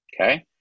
Okay